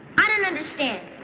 i don't understand.